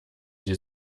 die